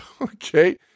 okay